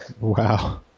Wow